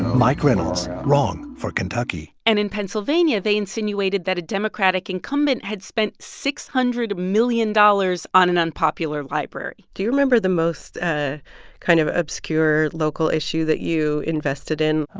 mike reynolds, wrong for kentucky and in pennsylvania, they insinuated that a democratic incumbent had spent six hundred million dollars on an unpopular library do you remember the most ah kind of obscure local issue that you invested in?